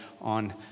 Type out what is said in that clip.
on